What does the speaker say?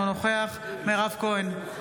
אינו נוכח מירב כהן,